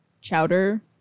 chowder